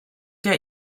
der